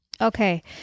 Okay